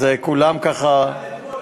אז כולם ככה, גם אתמול,